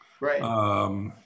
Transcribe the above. Right